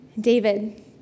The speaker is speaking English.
David